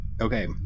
Okay